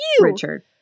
richard